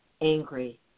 angry